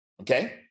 okay